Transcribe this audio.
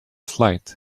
flight